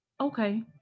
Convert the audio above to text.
Okay